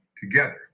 Together